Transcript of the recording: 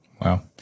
Wow